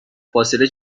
فاصله